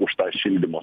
už tą šildymo